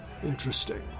Interesting